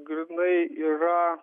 grynai yra